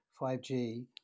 5G